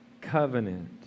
covenant